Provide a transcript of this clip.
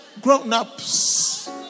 grown-ups